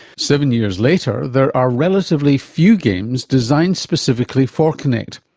seven years later there are relatively few games designed specifically for kinect,